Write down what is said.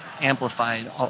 amplified